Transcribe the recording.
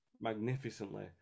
magnificently